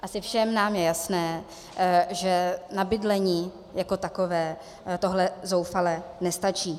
Asi všem nám je jasné, že na bydlení jako takové tohle zoufale nestačí.